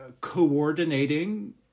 coordinating